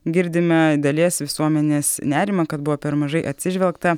girdime dalies visuomenės nerimą kad buvo per mažai atsižvelgta